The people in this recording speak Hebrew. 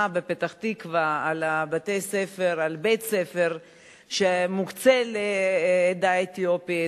בפתח-תקווה על בית-ספר שמוקצה לעדה האתיופית,